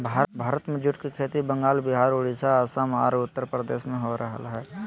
भारत में जूट के खेती बंगाल, विहार, उड़ीसा, असम आर उत्तरप्रदेश में हो रहल हई